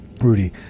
Rudy